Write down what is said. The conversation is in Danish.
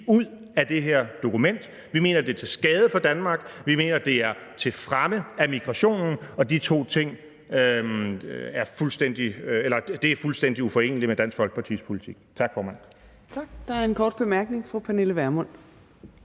ud af det her dokument, vi mener, det er til skade for Danmark, vi mener, det er til fremme af migrationen, og de ting er fuldstændig uforenelige med Dansk Folkepartis politik. Tak, formand.